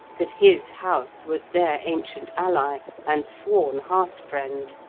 that his house was their ancient ally and sworn hearth-friend.